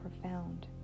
profound